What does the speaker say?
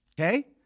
Okay